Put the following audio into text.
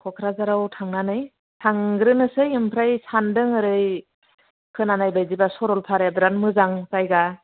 क'क्राझाराव थांनानै थांग्रोनोसै आमफ्राय सान्दों ओरै खोनानाय बायदिब्ला सरलपाराया बिराथ मोजां अमफ्राय दा